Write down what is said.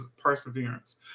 perseverance